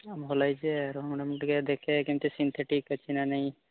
ଭଲ ହୋଇଛି ଯେ ମୁଁ ଟିକିଏ ଦେଖେ କେମିତି ସିନ୍ଥେଟିକ୍ ଅଛି ନା ନାହିଁ